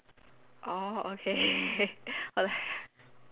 orh okay what the